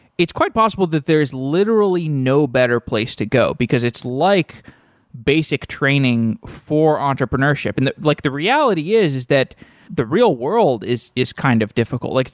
it's quite possible that there's literally no better place to go, because it's like basic training for entrepreneurship. and like the reality is is that the real world is is kind of difficult. like